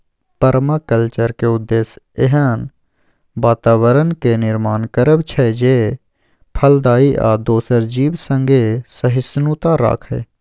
परमाकल्चरक उद्देश्य एहन बाताबरणक निर्माण करब छै जे फलदायी आ दोसर जीब संगे सहिष्णुता राखय